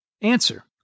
Answer